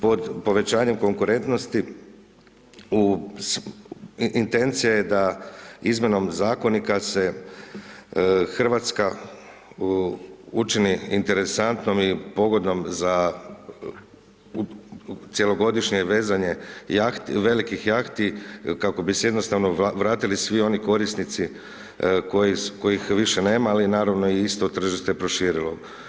Pod povećanjem konkurentnosti, intencija je da izmjenom zakonika se Hrvatska učini interesantnom i pogodom za cjelogodišnje vezanje velikih jahti kako bi se jednostavno vratili svi oni korisnici kojih više nema, ali naravno i isto tržište proširilo.